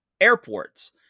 airports